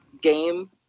game